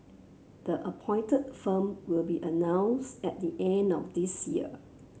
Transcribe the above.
the appointed firm will be announced at the end of this year